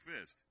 fist